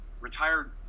retired